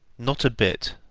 not a bit.